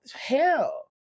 hell